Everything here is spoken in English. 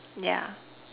yeah